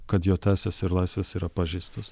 kad jo teisės ir laisvės yra pažeistos